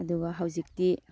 ꯑꯗꯨꯒ ꯍꯧꯖꯤꯛꯇꯤ